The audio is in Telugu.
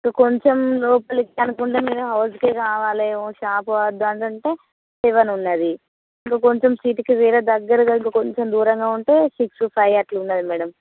ఇంక కొంచెం లోపలికనుకుంటే మీరు హౌస్కే కావాలే ఓ షాప్ వద్దంటుంటే సెవెన్ ఉన్నది ఇంక కొంచెం సిటీకి వేరే దగ్గరగా ఇంక కొంచెం దూరంగా ఉంటే సిక్స్ ఫైవ్ అట్లున్నది మేడం